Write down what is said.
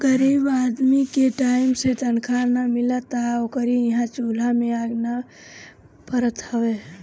गरीब आदमी के टाइम से तनखा नाइ मिली तअ ओकरी इहां चुला में आगि नाइ बरत हवे